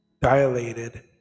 dilated